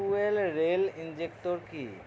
fuel rail injector কি